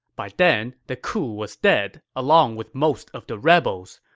by then, the coup was dead, along with most of the rebels.